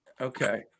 Okay